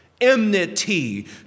enmity